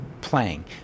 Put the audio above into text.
playing